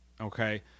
okay